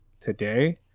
today